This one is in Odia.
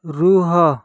ରୁହ